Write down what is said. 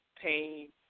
pain